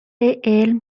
علم